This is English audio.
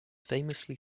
famously